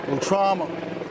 Trauma